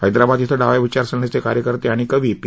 हैदराबाद इथं डाव्या विचारसरणीचे कार्यकर्ते आणि कवी पी